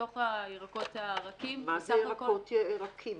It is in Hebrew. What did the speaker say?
ירקות הרכים --- מה ירקות רכים?